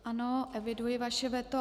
Ano, eviduji vaše veto.